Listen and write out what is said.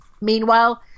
Meanwhile